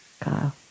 Kyle